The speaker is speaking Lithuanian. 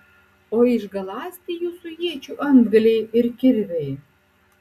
o išgaląsti jūsų iečių antgaliai ir kirviai